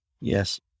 Yes